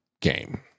game